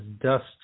dust